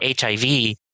HIV